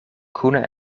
kune